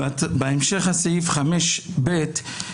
בהמשך, סעיף 5(ב).